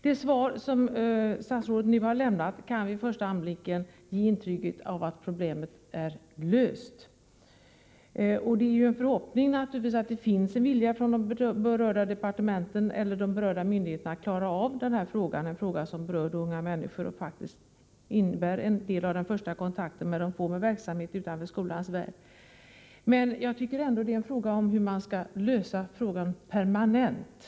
Det svar som statsrådet nu har lämnat kan vid första anblicken ge ett intryck av att problemet är löst. Och det är naturligtvis en förhoppning att det finns en vilja hos de berörda myndigheterna att klara av den här frågan, som gäller unga människor och praktiskt innebär en del av den första kontakten som de får med verksamhet utanför skolans värld. Men jag tycker ändå att det är en fråga om hur man skall lösa problemet permanent.